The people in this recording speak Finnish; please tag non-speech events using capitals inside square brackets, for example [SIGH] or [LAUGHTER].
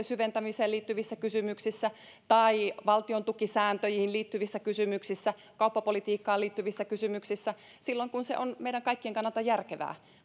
[UNINTELLIGIBLE] syventämiseen liittyvissä kysymyksissä tai valtiontukisääntöihin liittyvissä kysymyksissä kauppapolitiikkaan liittyvissä kysymyksissä silloin kun se on meidän kaikkien kannalta järkevää